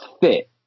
fit